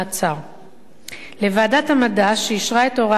לוועדת המדע, שאישרה את הוראת השעה לראשונה,